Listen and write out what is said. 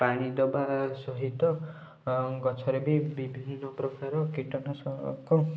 ପାଣି ଦବା ସହିତ ଗଛରେ ବି ବିଭିନ୍ନ ପ୍ରକାର କୀଟନାଶକ